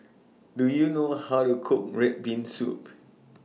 Do YOU know How to Cook Red Bean Soup